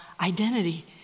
identity